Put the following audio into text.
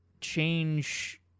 change